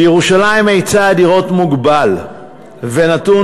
בירושלים היצע הדירות מוגבל ונתון,